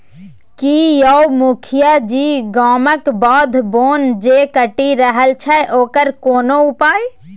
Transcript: की यौ मुखिया जी गामक बाध बोन जे कटि रहल छै ओकर कोनो उपाय